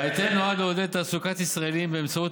ההיטל נועד לעודד תעסוקת ישראלים באמצעות